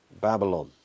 Babylon